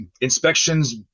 inspections